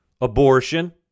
Abortion